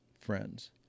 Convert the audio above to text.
friends